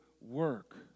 work